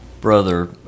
brother